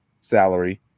salary